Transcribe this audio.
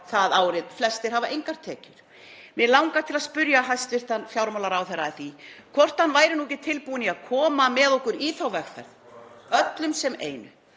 það árið. Flestir hafa engar tekjur. Mig langar til að spyrja hæstv. fjármálaráðherra að því hvort hann væri nú ekki tilbúinn í að koma með okkur í þá vegferð, öllum sem einu,